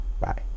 Bye